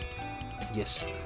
Yes